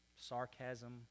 sarcasm